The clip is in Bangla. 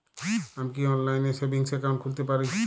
আমি কি অনলাইন এ সেভিংস অ্যাকাউন্ট খুলতে পারি?